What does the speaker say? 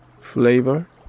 flavor